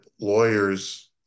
lawyers